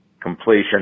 completion